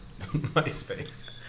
MySpace